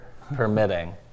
permitting